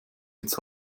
jetzt